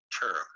term